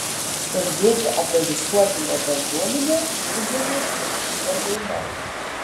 kalbėti apie visuotinę bendruomenę nūdienos kontekste neįmanoma